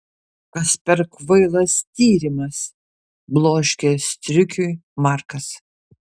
kas per kvailas tyrimas bloškė striukiui markas